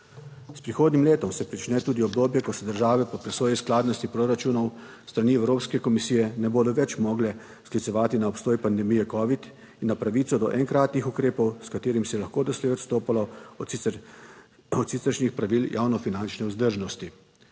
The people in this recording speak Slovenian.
S prihodnjim letom se prične tudi obdobje, ko se države po presoji skladnosti proračunov s strani Evropske komisije ne bodo več mogle sklicevati na obstoj pandemije covid in na pravico do enkratnih ukrepov, s katerimi se je lahko doslej odstopalo od siceršnjih pravil javnofinančne vzdržnosti.